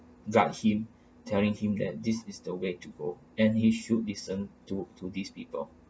guide him telling him that this is the way to go and he should listen to to these people